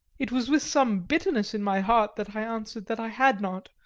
it was with some bitterness in my heart that i answered that i had not,